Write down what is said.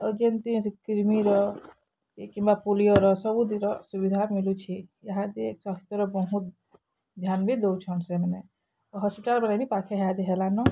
ଯେମିତି ଅଛି କିର୍ମିର କିମ୍ବା ପୁଲିଓର ସବୁଥିର ସୁବିଧା ମିଲୁଛେ ଇହାଦେ ସ୍ୱାସ୍ଥ୍ୟ ର ବହୁତ୍ ଧ୍ୟାନ ବି ଦଉଛନ୍ ସେମାନେ ହସ୍ପିଟାଲ୍ ବୋଲେ ବି ପାଖେଇ ଇହାଦେ ହେଲାନ